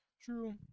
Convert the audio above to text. true